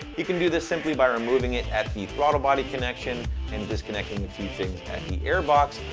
you can do this simply by removing it at the throttle body connection and disconnecting a few things at the air box.